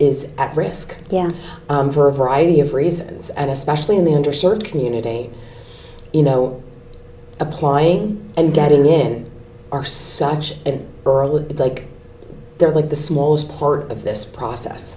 is at risk yeah for a variety of reasons and especially in the under served community you know applying and getting in are such a girl with like they're like the smallest part of this process